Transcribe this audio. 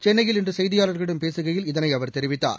சென்னையில் இன்று செய்தியாளர்களிடம் பேசுகையில் இதனை அவர் தெரிவித்தார்